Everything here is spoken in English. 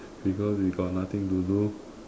because we got nothing to do